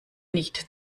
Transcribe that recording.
nicht